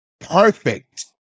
Perfect